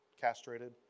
castrated